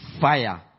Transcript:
fire